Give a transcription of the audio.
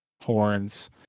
horns